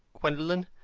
gwendolen,